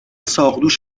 ساقدوش